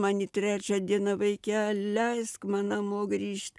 man į trečią dieną vaikeli leisk man namo grįžt